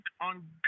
on